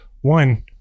One